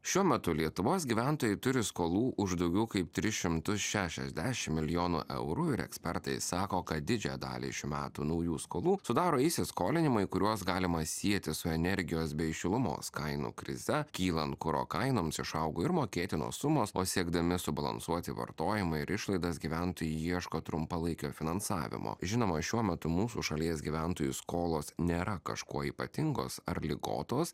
šiuo metu lietuvos gyventojai turi skolų už daugiau kaip tris šimtus šešiasdešim milijonų eurų ir ekspertai sako kad didžiąją dalį šių metų naujų skolų sudaro įsiskolinimai kuriuos galima sieti su energijos bei šilumos kainų krize kylant kuro kainoms išaugo ir mokėtinos sumos o siekdami subalansuoti vartojimą ir išlaidas gyventojai ieško trumpalaikio finansavimo žinoma šiuo metu mūsų šalies gyventojų skolos nėra kažkuo ypatingos ar ligotos